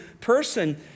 person